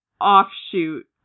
offshoot